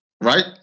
Right